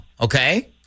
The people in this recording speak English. okay